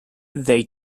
they